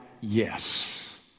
yes